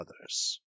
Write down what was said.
others